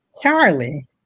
Charlie